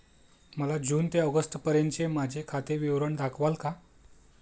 मला जून ते ऑगस्टपर्यंतचे माझे खाते विवरण दाखवाल का?